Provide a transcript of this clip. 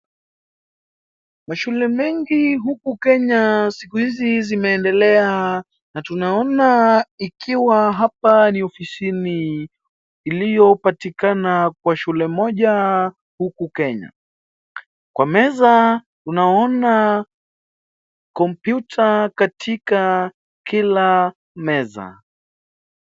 Shule mingi huku Kenya siku hizi zimeendelea na tunaona ikiwa hapa ni ofisini iliyopatikana kwa shule moja huku Kenya. Kwa meza unaona kompyuta katika kila meza.